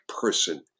person